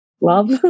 love